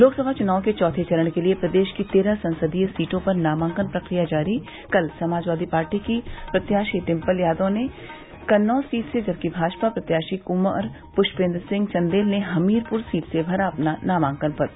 लोकसभा चुनाव के चौथे चरण के लिये प्रदेश की तेरह संसदीय सीटों पर नामांकन प्रक्रिया जारी कल समाजवादी पार्टी की प्रत्याशी डिम्पल यादव ने कन्नौज सीट से जबकि भाजपा प्रत्याशी कुंवर पुष्पेन्द्र सिंह चंदेल ने हमीरपुर सीट से भरा अपना नामांकन पत्र